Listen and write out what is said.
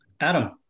Adam